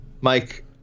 Mike